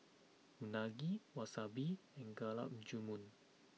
Unagi Wasabi and Gulab Jamun